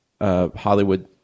Hollywood